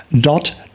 dot